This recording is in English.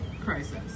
crisis